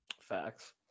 Facts